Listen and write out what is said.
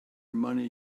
money